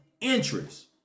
interest